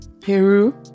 Peru